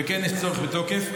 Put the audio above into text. וכן יש צורך בתוקף.